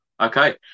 Okay